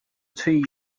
two